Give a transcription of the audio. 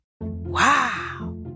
Wow